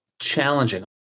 challenging